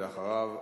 ואחריו,